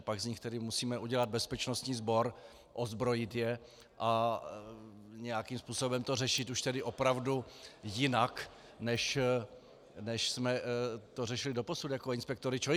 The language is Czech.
Pak z nich tedy musíme udělat bezpečnostní sbor, ozbrojit je a nějakým způsobem to řešit už tedy opravdu jinak, než jsme to řešili doposud, jako inspektory ČOI.